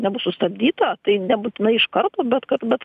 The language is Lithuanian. nebus sustabdyta tai nebūtinai iš karto bet kad bet